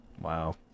Wow